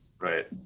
right